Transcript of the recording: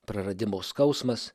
praradimo skausmas